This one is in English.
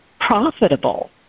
profitable